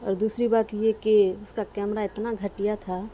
اور دوسری بات یہ کہ اس کا کیمرہ اتنا گھٹیا تھا